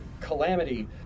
Calamity